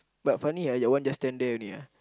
but funny ah your one just stand there only ah